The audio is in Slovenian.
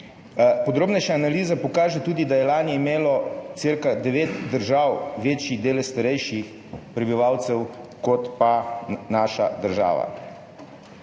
Podrobnejša analiza pokaže tudi, da je imelo lani cirka 9 držav večji delež starejših prebivalcev kot pa naša država.